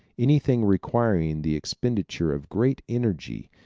anything requiring the expenditure of great energy,